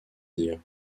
dires